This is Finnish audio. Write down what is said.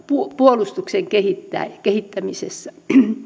puolustuksen kehittämisessä